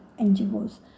NGOs